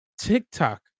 TikTok